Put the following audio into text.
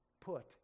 put